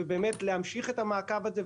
ובאמת להמשיך את המעקב הזה,